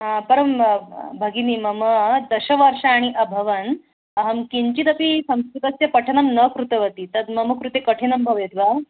परं भगिनि मम दश वर्षाणि अभवन् अहं किञ्चिदपि संस्कृतस्य पठनं न कृतवती तद् मम कृते कठिनं भवेत् वा